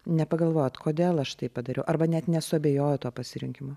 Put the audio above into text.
nepagalvojot kodėl aš taip padariau arba net nesuabejojot tuo pasirinkimu